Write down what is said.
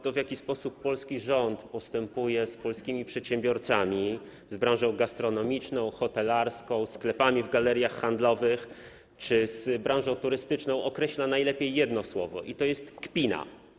To, w jaki sposób polski rząd postępuje z polskimi przedsiębiorcami, z branżą gastronomiczną, hotelarską, ze sklepami w galeriach handlowych czy z branżą turystyczną, określa najlepiej jedno słowo: kpina.